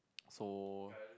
so